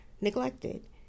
neglected